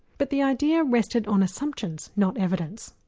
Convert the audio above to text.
but the idea rested on assumptions, not evidence.